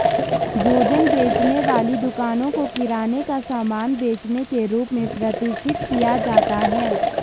भोजन बेचने वाली दुकानों को किराने का सामान बेचने के रूप में प्रतिष्ठित किया जाता है